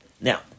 Now